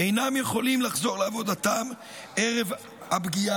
אינם יכולים לחזור לעבודתם ערב הפגיעה,